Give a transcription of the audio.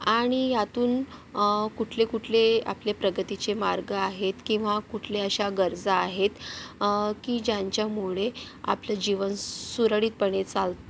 आणि ह्यातून कुठले कुठले आपले प्रगतीचे मार्ग आहेत किंवा कुठल्या अशा गरजा आहेत की ज्यांच्यामुळे आपलं जीवन सुरळीतपणे चाल